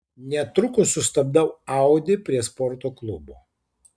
netrukus sustabdau audi prie sporto klubo